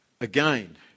Again